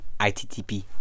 ITTP